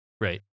Right